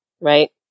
right